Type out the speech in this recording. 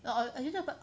我觉得 but